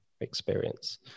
experience